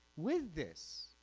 with this